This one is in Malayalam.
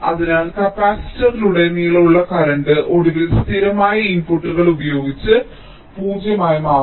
അതിനാൽ കപ്പാസിറ്ററിലൂടെയുള്ള കറന്റ് ഒടുവിൽ സ്ഥിരമായ ഇൻപുട്ടുകൾ ഉപയോഗിച്ച് പൂജ്യമായി മാറുന്നു